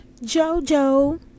JoJo